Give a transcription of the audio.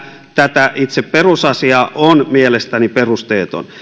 tätä itse perusasiaa on mielestäni perusteeton